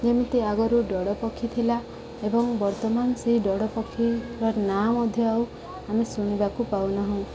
ଯେମିତି ଆଗରୁ ଡ଼ୋଡ଼ ପକ୍ଷୀ ଥିଲା ଏବଂ ବର୍ତ୍ତମାନ ସେଇ ଡ଼ୋଡ଼ ପକ୍ଷୀର ନାଁ ମଧ୍ୟ ଆଉ ଆମେ ଶୁଣିବାକୁ ପାଉନାହୁଁ